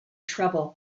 trouble